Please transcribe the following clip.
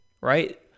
right